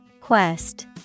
Quest